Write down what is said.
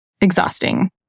exhausting